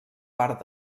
part